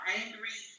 angry